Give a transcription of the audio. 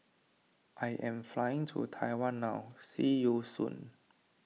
I am flying to Taiwan now see you soon